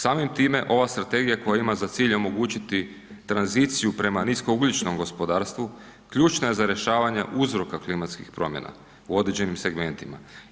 Samim time ova strategija koja ima za cilj omogućiti tranziciju prema niskougljičnom gospodarstvu ključna je za rješavanje uzroka klimatskih promjena u određenim segmentima.